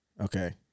okay